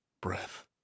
breath